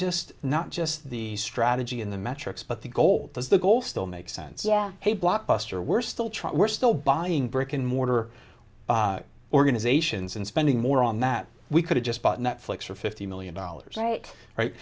just not just the strategy in the metrics but the goal is the goal still makes sense yeah a blockbuster we're still trying we're still buying brick and mortar organizations and spending more on that we could've just bought netflix for fifty million dollars right right